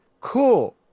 cool